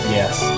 yes